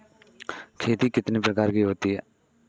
खेती कितने प्रकार की होती है?